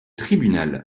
tribunal